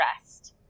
rest